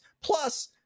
plus